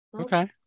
Okay